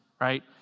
right